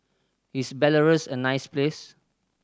is Belarus a nice place